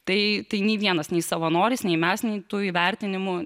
tai tai nei vienas nei savanoris nei mes nei tų įvertinimų